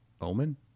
omen